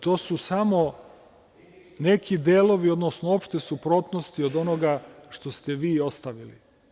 To su samo neki delovi, odnosno opšte suprotnosti od onoga što ste vi ostavili.